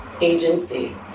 agency